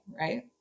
right